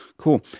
Cool